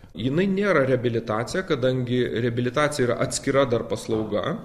jinai nėra reabilitacija kadangi reabilitacija yra atskira dar paslauga